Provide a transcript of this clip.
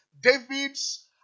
Davids